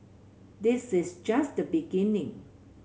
this is just the beginning